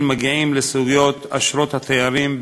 האוכלוסין מגיעים לסוגיות אשרות התיירים,